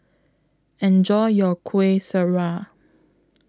Enjoy your Kueh Syara